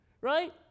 right